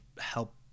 help